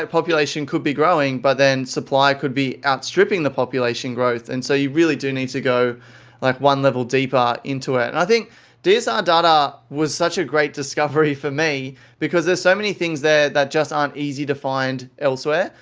ah population could be growing, but then supply could be outstripping the population growth. and so, you really do need to go like one level deeper into it. and i think dsr data was such a great discovery for me because there's so many things there that just aren't easy to find elsewhere.